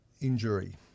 injury